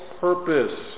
purpose